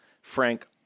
Frank